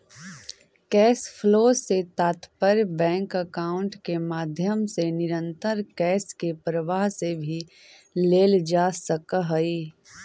cash flow से तात्पर्य bank account के माध्यम से निरंतर कैश के प्रवाह से भी लेल जा सकऽ हई